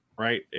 Right